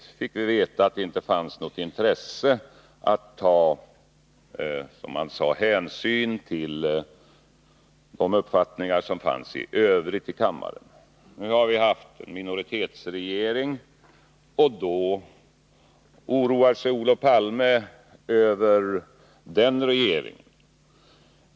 Vi fick också veta att det hos oss inte fanns något intresse av att, som man sade, ta hänsyn till de uppfattningar som i övrigt fanns i kammaren. Nu har vi en minoritetsregering. Då oroar sig Olof Palme över den regeringen.